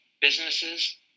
businesses